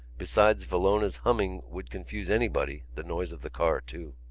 besides villona's humming would confuse anybody the noise of the car, too.